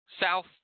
South